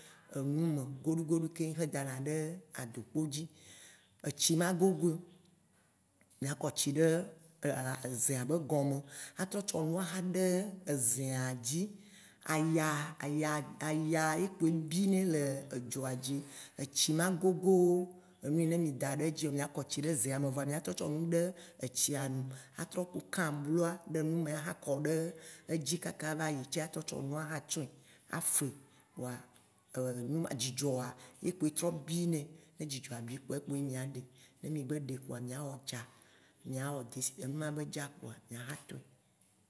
enu me goɖoe goɖoe xe dana ɖe adokpo dzi, etsi ma gogoe. Mìa kɔ tsi ɖe ezea be gɔme atrɔ tsɔ nu aha ɖe ezea dzi, aya- aya- aya ye kpoe binɛ le edzoa dzi. Etsi ma gogo enu yi ne mì da ɖe dzia o. Mìa kɔ tsi ɖe ezea me vɔ mia trɔ tsɔ nu ɖe etsia nu atrɔ kã abloa aha kɔ ɖe edzi kaka va yi ce atrɔ tsɔ enu atsɔ̃e, afe kpoa dzidzɔa ye kpoe trɔ bi nɛ. Ne dzidzɔa bi kpoa yekpo mìaɖe. Ne mì gbe ɖe pkoa, mìawɔ dza, enuma be dza kpoa mìa ha toe.